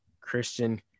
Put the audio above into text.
Christian